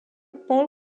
paul